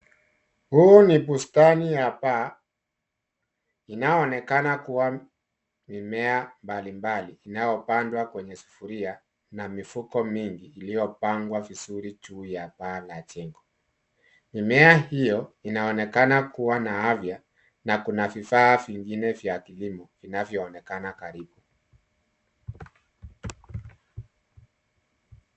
Huu ni bustani ya paa inayoonekana kuwa mimea mbalimbali inayopandwa kwenye sufuria na mifuko mingi, iliyopangwa vizuri juu ya paa la jengo. Mimea hiyo inaonekana kuwa na afya na kuna vifaa vingine vya kilimo vinavyoonekana karibu.